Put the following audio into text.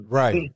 right